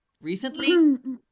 recently